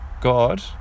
God